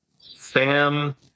Sam